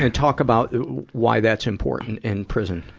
and talk about why that's important in prison.